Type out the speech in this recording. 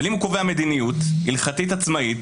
אבל אם הוא קובע מדיניות הלכתית עצמאית,